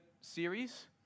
series